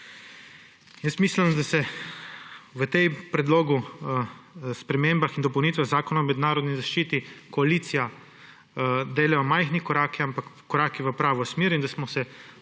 Mislim, da se v tem predlogu sprememb in dopolnitev Zakona o mednarodni zaščiti delajo majhni koraki, ampak koraki v pravo smer; in da smo se